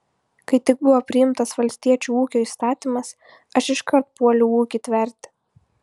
kai tik buvo priimtas valstiečių ūkio įstatymas aš iškart puoliau ūkį tverti